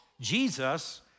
Jesus